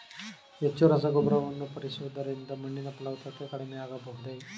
ಹೆಚ್ಚು ರಸಗೊಬ್ಬರವನ್ನು ಬಳಸುವುದರಿಂದ ಮಣ್ಣಿನ ಫಲವತ್ತತೆ ಕಡಿಮೆ ಆಗಬಹುದೇ?